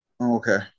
Okay